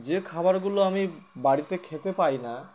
যে খাবারগুলো আমি বাড়িতে খেতে পাই না